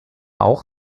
auch